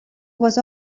was